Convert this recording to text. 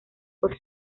por